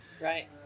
Right